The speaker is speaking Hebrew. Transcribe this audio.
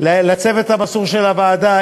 לצוות המסור של הוועדה,